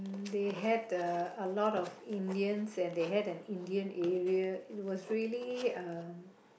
they had uh a lot of Indians and they had an Indian area it was really uh